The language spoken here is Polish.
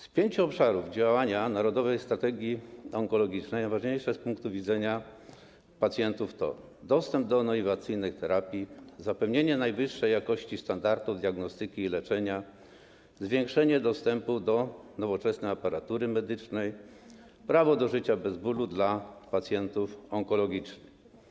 Z pięciu obszarów działania Narodowej Strategii Onkologicznej najważniejsze z punktu widzenia pacjentów to: dostęp do innowacyjnych terapii, zapewnienie najwyższej jakości standardów diagnostyki i leczenia, zwiększenie dostępu do nowoczesnej aparatury medycznej, prawo do życia bez bólu dla pacjentów onkologicznych.